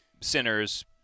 sinners